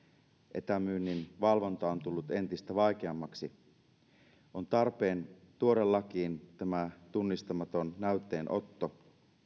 etämyynnin valvonta on tullut entistä vaikeammaksi on tarpeen tuoda lakiin tämä tunnistamaton näytteenotto